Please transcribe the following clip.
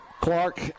Clark